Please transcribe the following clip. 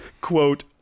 quote